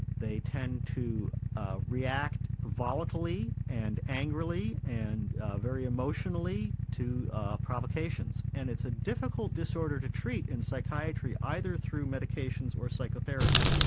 they tend to ah react with volatility and angrily and very emotionally to ah provocations. and it's a difficult disorder to treat in psychiatry either through medications or psychotherapy.